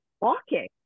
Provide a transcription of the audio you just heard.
walking